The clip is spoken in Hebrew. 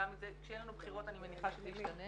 כשיהיו לנו בחירות אני מניחה שזה ישתנה